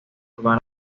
urbana